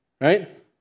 Right